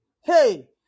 Hey